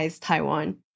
Taiwan